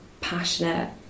passionate